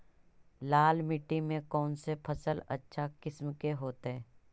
लाल मिट्टी में कौन से फसल अच्छा किस्म के होतै?